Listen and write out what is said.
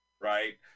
Right